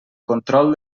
control